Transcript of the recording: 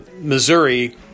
Missouri